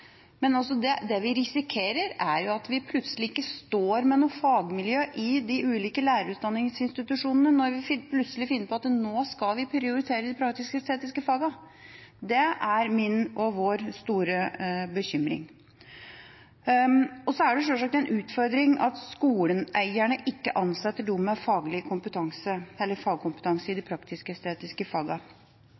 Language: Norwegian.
men det vi da risikerer, er at vi plutselig ikke har et fagmiljø ved de ulike lærerutdanningsinstitusjonene når vi plutselig finner ut at vi skal prioritere de praktisk-estetiske fagene. Det er min og vår store bekymring. Det er sjølsagt en utfordring at skoleeierne ikke ansetter dem med fagkompetanse i de praktisk-estetiske fagene. Det er egentlig ikke så kjemperart, for jeg vil tippe at de